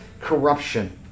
corruption